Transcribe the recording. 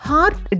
Heart